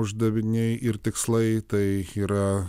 uždaviniai ir tikslai tai yra